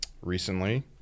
recently